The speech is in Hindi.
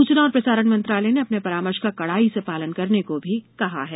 सूचना और प्रसारण मंत्रालय ने अपने परामर्श का कड़ाई से पालन करने को भी कहा है